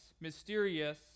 mysterious